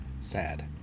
sad